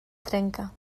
trenca